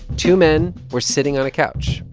two men were sitting on a couch.